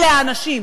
אלה האנשים.